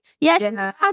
Yes